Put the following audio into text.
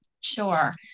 Sure